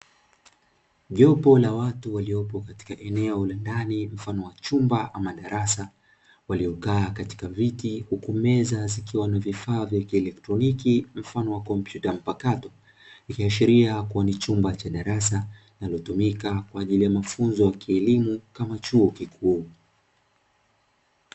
Jopo la watu waliopo katika eneo la ndani mfano wa chumba ama darasa, waliokaa katika viti huku meza zikiwa na vifaa vya kielektroniki mfano wa kompyuta mpakato, ikiashiria kuwa ni chumba cha darasa kinachotumika kwa ajili ya mafunzo ya kielimu kama chuo kikuu.